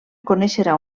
coneixerà